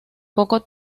poco